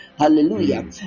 Hallelujah